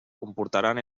comportaran